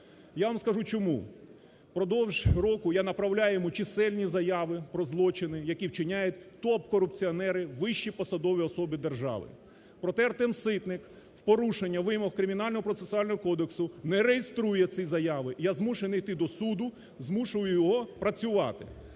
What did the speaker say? Я вам скажу чому. Продовж року я направляю йому чисельні заяви про злочини, які вчиняють топ-корупціонери вищі посадові особи держави. Проте, Артем Ситник в порушення вимог Кримінально-процесуального кодексу не реєструє ці заяви. Я змушений іти до суду, змушую його працювати.